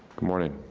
morning,